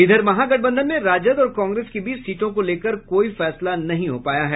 इधर महागठबंधन में राजद और कांग्रेस के बीच सीटों को लेकर कोई फैसला नहीं हो पाया है